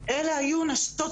אלה היו נשים,